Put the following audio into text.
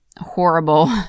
horrible